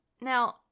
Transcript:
Now